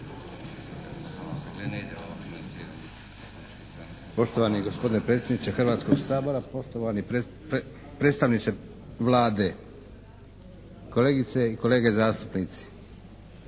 Poštovani gospodine predsjedniče Hrvatskog sabora. Poštovani predstavniče Vlade. Kolegice i kolege zastupnici.